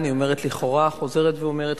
אני אומרת לכאורה, חוזרת ואומרת.